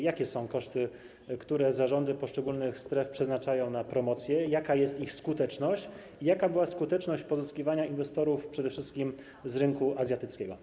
Jakie są koszty, które zarządy poszczególnych stref przeznaczają na promocję, jaka jest ich skuteczność i jaka była skuteczność pozyskiwania inwestorów przede wszystkim z rynku azjatyckiego?